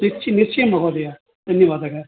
निश्च निश्चयेन महोदय धन्यवादः